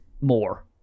More